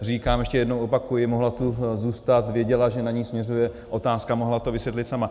Říkám, ještě jednou opakuji, mohla tu zůstat, věděla, že na ni směřuje otázka, mohla to vysvětlit sama.